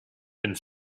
and